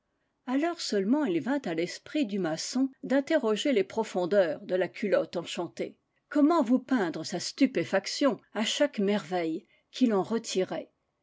alors seulement il vint à l'esprit du maçon d'interroger les profondeurs de la culotte enchantée comment vous peindre sa stupéfaction à chaque merveille qu'il en retirait